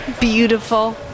beautiful